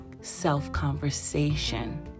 self-conversation